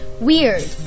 weird